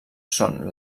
són